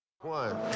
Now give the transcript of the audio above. One